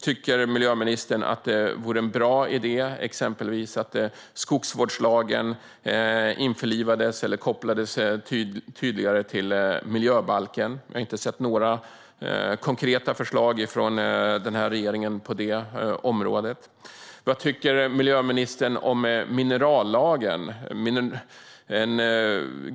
Tycker miljöministern att det vore en bra idé att skogsvårdslagen införlivades eller kopplades tydligare till miljöbalken? Vi har inte sett några konkreta förslag från denna regering på detta område. Vad tycker miljöministern om minerallagen?